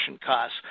costs